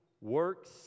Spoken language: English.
works